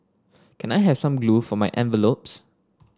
can I have some glue for my envelopes